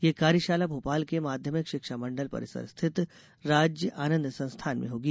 ये कार्यशाला भोपाल के माध्यमिक शिक्षा मंडल परिसर स्थित राज्य आनंद संस्थान में होगी